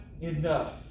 enough